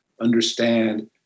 understand